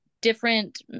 different